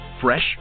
Fresh